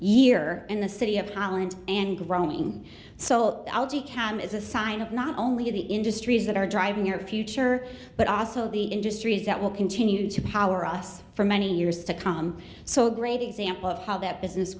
year in the city of holland and growing soult algae cam is a sign of not only the industries that are driving your future but also the industries that will continue to power us for many years to come so great example of how that business